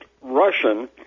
Russian